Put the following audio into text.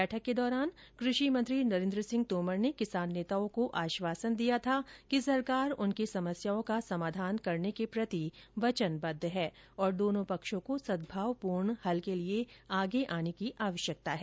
बैठक के दौरान कृषि मंत्री नरेन्द्र सिंह तोमर ने किसान नेताओं को आश्वासन दिया था कि सरकार उनकी समस्याओं का समाधन करने के प्रति वचनबद्व है और दोनों पक्षों को सद्भावपूर्ण हल के लिए आगे आने की आवश्यकता है